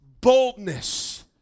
boldness